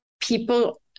people